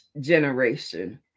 generation